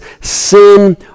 sin